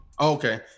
okay